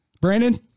Brandon